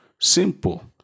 Simple